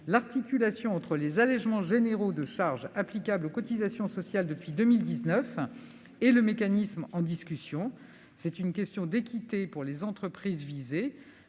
l'articulation entre les allégements généraux de charges applicables, depuis 2019, aux cotisations sociales et le mécanisme en discussion. C'est une question d'équité pour les entreprises visées,